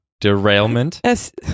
derailment